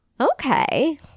Okay